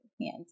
hands